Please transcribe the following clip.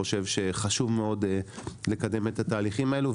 חשוב מאוד לקדם את התהליכים האלה.